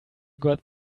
got